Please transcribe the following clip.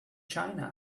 china